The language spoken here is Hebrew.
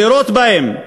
לירות בהם.